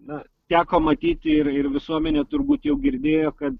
na teko matyti ir ir visuomenė turbūt jau girdėjo kad